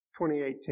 2018